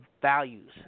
values